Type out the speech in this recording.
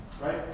right